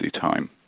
time